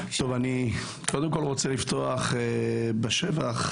אני רוצה לפתוח בשבח,